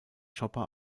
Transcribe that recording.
chopper